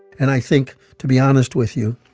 and i think, to be honest with you,